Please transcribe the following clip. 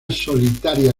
solitaria